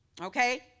okay